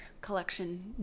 collection